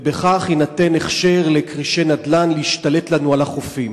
ובכך יינתן הכשר לכרישי נדל"ן להשתלט לנו על החופים.